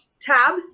tab